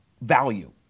value